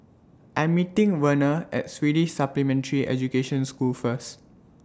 I'm meeting Verner At Swedish Supplementary Education School First